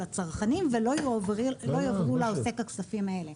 הצרכנים ולא יועברו לעוסק הכספים האלה.